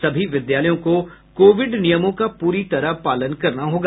सभी विद्यालयों को कोविड नियमों का पूरी तरह पालन करना होगा